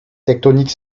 tectoniques